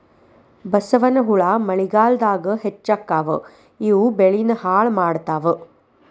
ಬಸವನಹುಳಾ ಮಳಿಗಾಲದಾಗ ಹೆಚ್ಚಕ್ಕಾವ ಇವು ಬೆಳಿನ ಹಾಳ ಮಾಡತಾವ